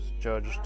judged